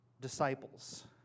disciples